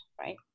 right